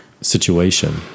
situation